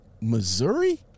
Missouri